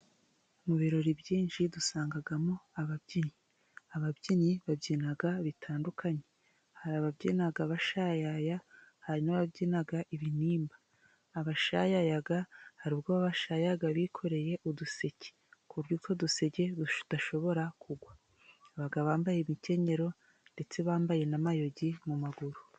Mu birori byinshi dusangamo ababyinnyi . Ababyinnyi babyina bitandukanye hari ababyinyina bashayaya , hanyuma babyina ibinimba . Abashayaya hari ubwo bashaya bikoreye uduseke, ku buryo utwo duseke tudashobora kugwa. Abagabo bambaye imikenyero ndetse bambaye n'amayugi mu maguru.